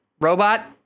robot